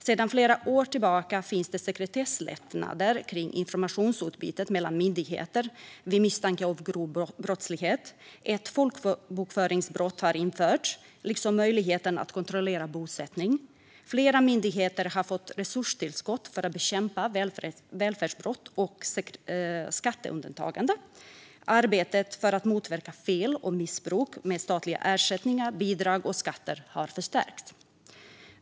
Sedan flera år tillbaka finns sekretesslättnader kring informationsutbyte mellan myndigheter vid misstanke om grov brottslighet. Ett folkbokföringsbrott har införts, liksom möjligheten att kontrollera bosättning. Flera myndigheter har fått resurstillskott för att bekämpa välfärdsbrott och skatteundandragande. Arbetet för att motverka fel och missbruk med statliga ersättningar, bidrag och skatter har förstärkts.